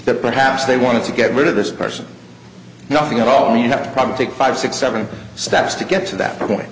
that perhaps they wanted to get rid of this person nothing at all you have to probably take five six seven steps to get to that point